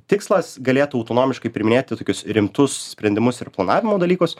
tikslas galėtų autonomiškai priiminėti tokius rimtus sprendimus ir planavimo dalykus